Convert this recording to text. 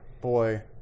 boy